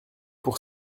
pour